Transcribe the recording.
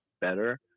better